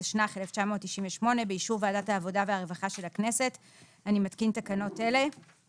של סכומי עיצום כספי - ייצוג הולם) התשפ"ג-2023 והצעת תקנות שוויון